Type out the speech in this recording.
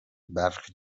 برخی